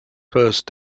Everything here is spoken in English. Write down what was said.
first